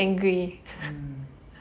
mm